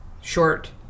Short